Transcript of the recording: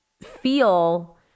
feel